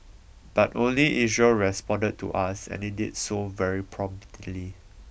but only Israel responded to us and it did so very promptly